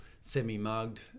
semi-mugged